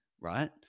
right